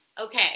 Okay